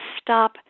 stop